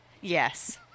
Yes